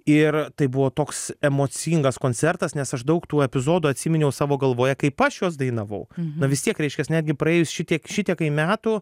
ir tai buvo toks emocingas koncertas nes aš daug tų epizodų atsiminiau savo galvoje kaip aš juos dainavau na vis tiek reiškias netgi praėjus šitiek šitiek metų